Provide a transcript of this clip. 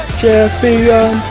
champion